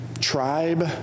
tribe